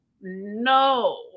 no